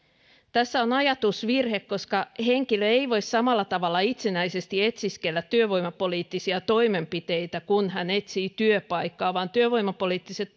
tässä on ajatusvirhe koska henkilö ei voi samalla tavalla itsenäisesti etsiskellä työvoimapoliittisia toimenpiteitä kun hän etsii työpaikkaa vaan työvoimapoliittiset